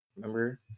remember